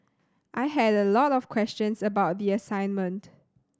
I had a lot of questions about the assignment